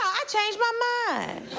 i changed my mind.